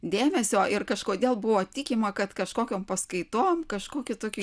dėmesio ir kažkodėl buvo tikima kad kažkokiom paskaitom kažkokį tokį